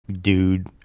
dude